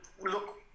look